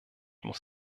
muss